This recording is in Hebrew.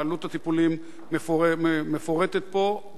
ועלות הטיפולים מפורטת פה,